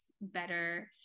better